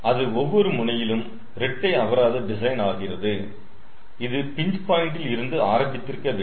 அது ஒவ்வொரு முனையிலும் இரட்டை அபராத டிசைன் ஆக ஆகிறது இது பின்ச் பாயிண்டில் இருந்து ஆரம்பித்திருக்க வேண்டும்